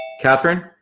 Catherine